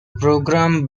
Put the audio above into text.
program